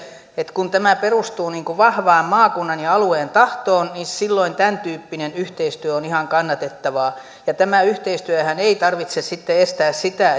että kun tämä perustuu vahvaan maakunnan ja alueen tahtoon niin silloin tämäntyyppinen yhteistyö on ihan kannatettavaa tämän yhteistyönhän ei tarvitse estää sitä